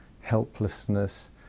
helplessness